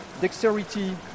dexterity